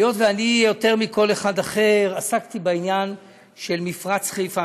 היות שאני יותר מכל אחד אחר עסקתי בעניין של מפרץ חיפה,